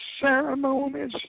ceremonies